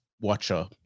Watcher